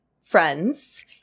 Friends